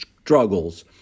struggles